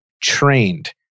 trained